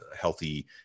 healthy